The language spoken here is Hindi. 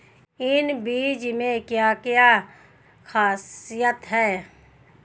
इन बीज में क्या क्या ख़ासियत है?